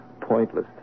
pointless